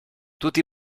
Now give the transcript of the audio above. tutti